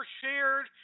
shared